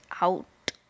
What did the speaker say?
out